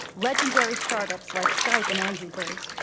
legendary startups like skype and angry birds.